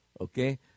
Okay